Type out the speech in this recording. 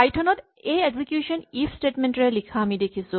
Python ত এই execution if statement ৰে লিখা আমি দেখিছো